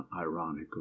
ironically